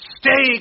stay